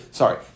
sorry